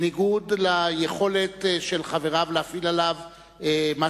בניגוד ליכולת של חבריו להפעיל עליו מה